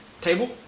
Table